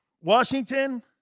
Washington